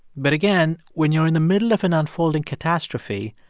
but again, when you're in the middle of an unfolding catastrophe,